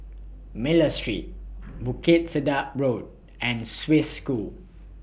Miller Street Bukit Sedap Road and Swiss School